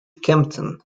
kempton